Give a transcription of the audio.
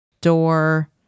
door